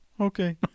Okay